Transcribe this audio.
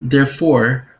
therefore